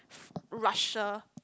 Russia